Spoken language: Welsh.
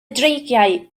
dreigiau